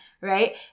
right